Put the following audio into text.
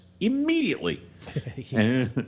immediately